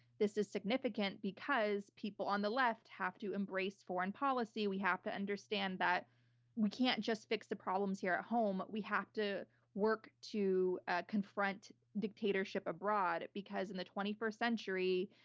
this is significant because people on the left have to embrace foreign policy. we have to understand that we can't just fix the problems here at home we have to work to confront dictatorship abroad because in the twenty first century,